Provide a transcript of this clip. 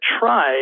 try